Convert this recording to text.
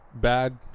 bad